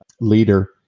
leader